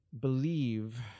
believe